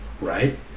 right